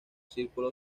círculo